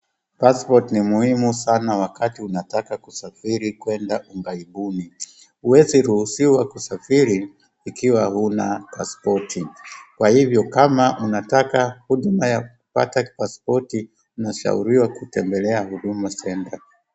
Passport ni muhimu sana wakati unataka kusafiri kuenda Ugaibuni. Huwezi kuruhusiwa kusafiri ikiwa huna pasipoti. Kwa hivyo kama unataka huduma ya kupata pasipoti unashauriwa kutembelea Huduma Centre.